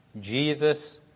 Jesus